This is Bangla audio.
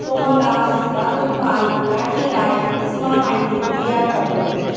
সোমা দাস রাতুল পাল রাখি রায় সীমা মাইতি রিয়া চক্রবর্তী